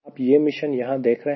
आप यह मिशन यहां देख रहे हैं